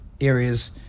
areas